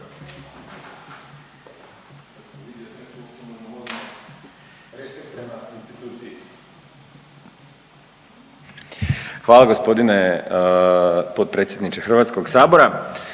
Hvala gospodine potpredsjedniče Hrvatskog sabora.